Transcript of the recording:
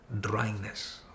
Dryness